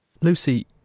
Lucy